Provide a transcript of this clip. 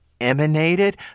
emanated